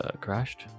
crashed